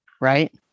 Right